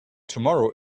tomorrow